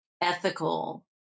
ethical